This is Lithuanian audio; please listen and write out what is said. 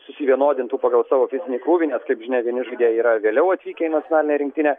susivienodintų pagal savo fizinį krūvį nes kaip žinia vieni žaidėjai yra vėliau atvykę į nacionalinę rinktinę